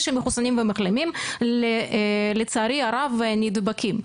שמחוסנים ומחלימים לצערי הרב נדבקים.